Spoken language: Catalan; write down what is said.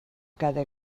cada